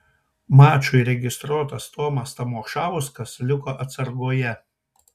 mačui registruotas tomas tamošauskas liko atsargoje